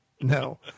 No